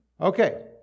Okay